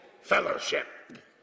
fellowship